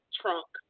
trunk